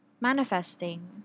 manifesting